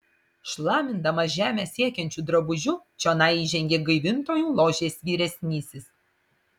šlamindamas žemę siekiančiu drabužiu čionai įžengė gaivintojų ložės vyresnysis